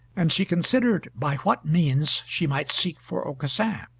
and she considered by what means she might seek for aucassin.